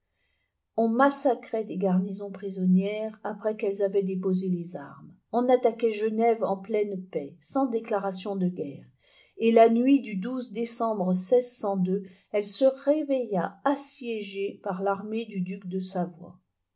on massacrait d s garnisons prisonnières après qu'elles avaient déposé les armes on attaquait genève en pleine paix sans déclaration de guerre et la nuit du décembre elle se réveilla assiégée par l'armée du duc de savoie